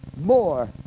more